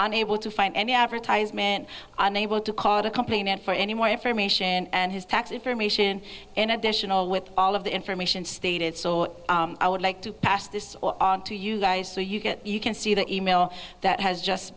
unable to find any advertisement on able to call it a complaint for any more information and his tax information in additional with all of the information stated so i would like to pass this on to you guys so you get you can see the e mail that has just